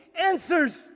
answers